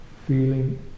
feeling